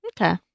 Okay